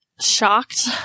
shocked